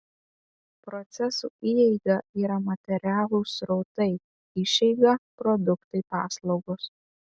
procesų įeiga yra materialūs srautai išeiga produktai paslaugos